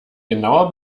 genauer